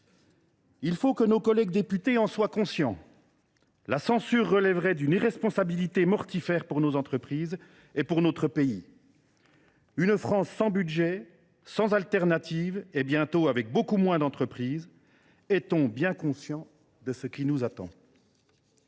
Il faut que nos collègues députés en soient conscients : la censure relèverait d’une irresponsabilité mortifère pour nos entreprises et pour notre pays. Une France sans budget, sans alternative et bientôt privée d’une partie de ses entreprises : sommes nous bien conscients de ce qui nous attend ?